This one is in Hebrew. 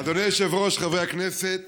אדוני היושב-ראש, חברי הכנסת,